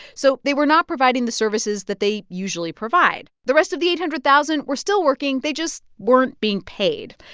so they were not providing the services that they usually provide. the rest of the eight hundred thousand were still working. they just weren't being paid.